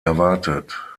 erwartet